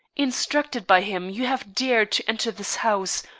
instructed by him, you have dared to enter this house,